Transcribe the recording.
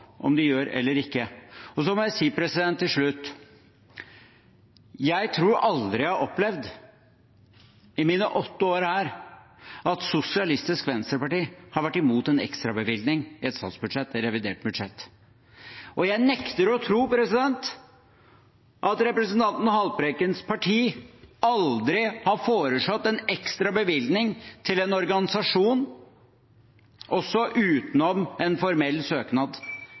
om de gjør eller ikke. Så må jeg si til slutt: Jeg tror aldri jeg har opplevd i mine åtte år her at Sosialistisk Venstreparti har vært imot en ekstrabevilgning i et statsbudsjett, i revidert budsjett. Og jeg nekter å tro at representanten Haltbrekkens parti aldri har foreslått en ekstra bevilgning til en organisasjon, også utenom en formell søknad.